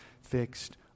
fixed